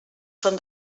són